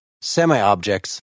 semi-objects